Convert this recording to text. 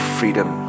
freedom